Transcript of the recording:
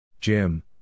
Jim